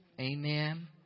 Amen